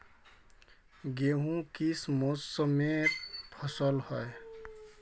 गेहूँ किस मौसमेर फसल होय?